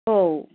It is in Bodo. औ